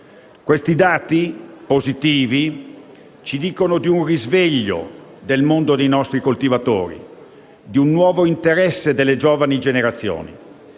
Questi dati positivi ci dicono di un risveglio del mondo dei nostri coltivatori e di un nuovo interesse delle giovani generazioni.